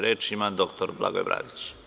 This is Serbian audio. Reč ima dr Blagoje Bradić.